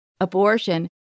abortion